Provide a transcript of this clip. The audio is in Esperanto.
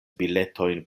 biletojn